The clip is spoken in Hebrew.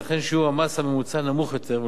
ולכן שיעור המס הממוצע נמוך יותר,